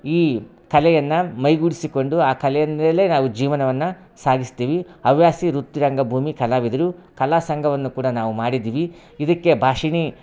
ಈ ಕಲೆಯನ್ನು ಮೈಗೂಡಿಸಿಕೊಂಡು ಆ ಕಲೆಯನ್ನ ಮೇಲೆ ನಾವು ಜೀವನವನ್ನು ಸಾಗಿಸ್ತೀವಿ ಹವ್ಯಾಸಿ ವೃತ್ತಿ ರಂಗಭೂಮಿ ಕಲಾವಿದರು ಕಲಾ ಸಂಘವನ್ನು ಕೂಡ ನಾವು ಮಾಡಿದ್ದೀವಿ ಇದಕ್ಕೆ ಭಾಷಿಣಿ